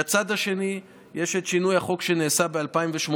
מהצד השני, יש את שינוי החוק שנעשה ב-2018,